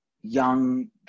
young